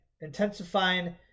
intensifying